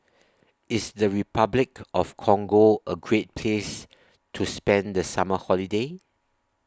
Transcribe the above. IS The Repuclic of Congo A Great Place to spend The Summer Holiday